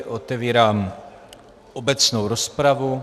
Otevírám obecnou rozpravu.